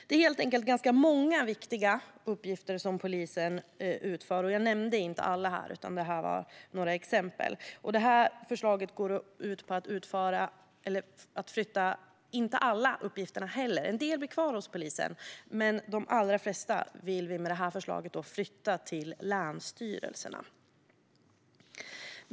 Det är helt enkelt ganska många viktiga uppgifter som polisen utför. Jag nämnde inte alla utan tog bara några exempel. Förslaget går inte ut på att flytta alla dessa uppgifter. En del uppgifter föreslår vi blir kvar hos polisen, men de allra flesta vill vi med det här förslaget flytta till länsstyrelserna.